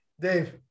Dave